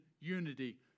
unity